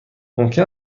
ممکن